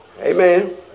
Amen